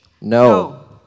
No